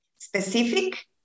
Specific